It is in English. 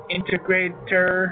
Integrator